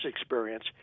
experience